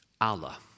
Allah